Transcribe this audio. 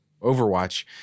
Overwatch